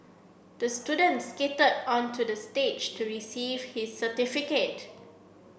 the student skated onto the stage to receive his certificate